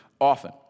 often